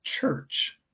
church